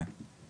כן.